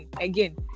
again